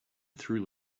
through